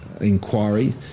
inquiry